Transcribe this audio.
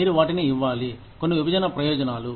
మీరు వాటిని ఇవ్వాలి కొన్ని విభజన ప్రయోజనాలు